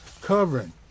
covering